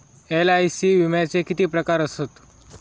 LIC विम्याचे किती प्रकार आसत?